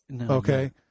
Okay